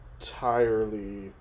entirely